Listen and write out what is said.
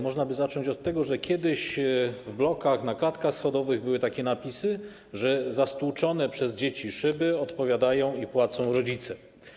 Można by zacząć od tego, że kiedyś w blokach, na klatkach schodowych, były takie napisy, że za stłuczone przez dzieci szyby odpowiadają i płacą rodzice.